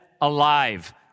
alive